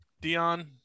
Dion